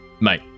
Mate